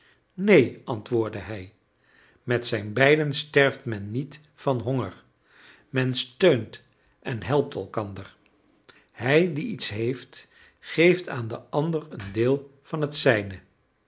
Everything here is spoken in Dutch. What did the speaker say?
neen antwoordde hij met zijn beiden sterft men niet van honger men steunt en helpt elkander hij die iets heeft geeft aan den ander een deel van het zijne